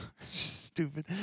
stupid